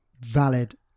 valid